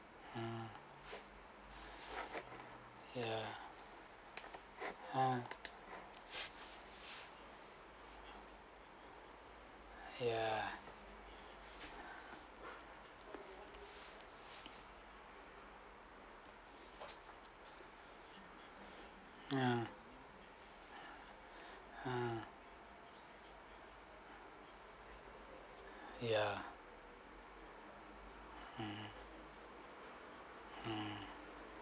mm ya ah ya ya ah ya mm mm